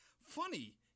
Funny